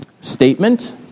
statement